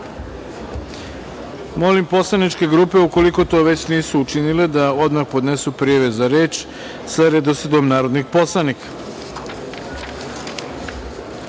poslaničke grupe, ukoliko to već nisu učinile, da odmah podnesu prijave za reč sa redosledom narodnih poslanika. Pre